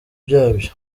byabyo